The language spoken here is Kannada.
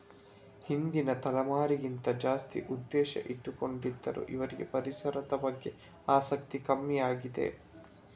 ಹಿಂದಿನ ತಲೆಮಾರಿಗಿಂತ ಜಾಸ್ತಿ ಉದ್ದೇಶ ಇಟ್ಕೊಂಡಿದ್ರು ಇವ್ರಿಗೆ ಪರಿಸರದ ಬಗ್ಗೆ ಆಸಕ್ತಿ ಕಮ್ಮಿ ಆಗಿದೆ